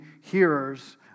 hearers